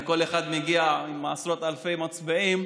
וכל אחד מגיע עם עשרות אלפי מצביעים,